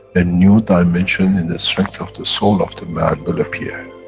a new dimension in the strength of the soul of the man will appear,